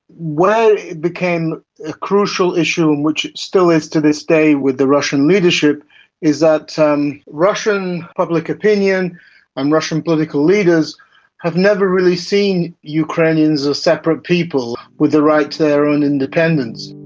where it became a crucial issue and which it still is to this day with the russian leadership is that um russian public opinion and russian political leaders have never really seen ukrainians as separate people with the right to their own independence.